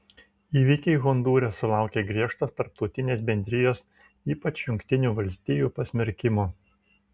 įvykiai hondūre sulaukė griežto tarptautinės bendrijos ypač jungtinių valstijų pasmerkimo